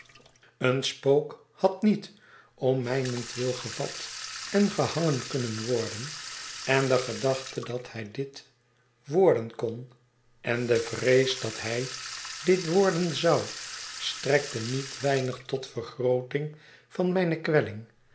een spook had niet om mij nentwil gevat en gehangen kunnen worden en de gedachte dat hij dit worden kon en de vrees dat hij dit worden zou strekten niet weinig tot vergrooting van mijne kwelling